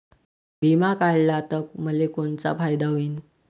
बिमा काढला त मले कोनचा फायदा होईन?